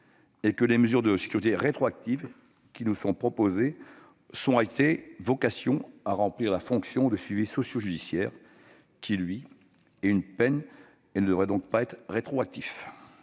les mesures de sûreté rétroactives qui nous sont proposées ont en réalité vocation à remplir la fonction du suivi socio-judiciaire, qui, lui, est une peine et ne devrait donc pas être rétroactif.